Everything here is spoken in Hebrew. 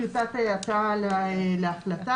טיוטת ההצעה להחלטה.